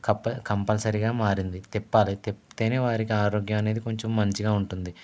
కప్ప కంపల్సరీగా మారింది తిప్పాలి తిప్పితేనే వారికి ఆరోగ్యం అనేది కొంచెం మంచిగా ఉంటుంది